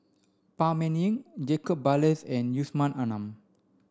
Phan Ming Yen Jacob Ballas and Yusman Aman